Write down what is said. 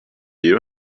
you